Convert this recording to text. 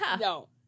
No